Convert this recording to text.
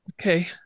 Okay